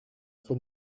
for